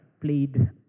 played